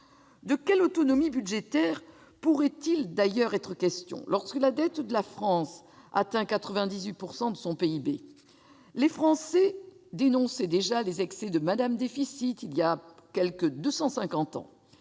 De quelle autonomie budgétaire pourrait-il d'ailleurs être question, alors que la dette de la France atteint 98 % de son PIB ? Les Français dénonçaient déjà les excès de « Mme Déficit » voilà quelque deux